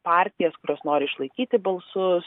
partijas kurios nori išlaikyti balsus